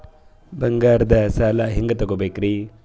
ಬಂಗಾರದ್ ಸಾಲ ಹೆಂಗ್ ತಗೊಬೇಕ್ರಿ?